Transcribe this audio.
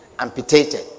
amputated